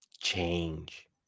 change